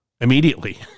immediately